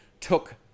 took